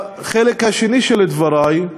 בחלק השני של דברי,